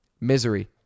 Misery